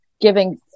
giving